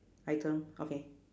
item okay